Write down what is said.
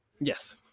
Yes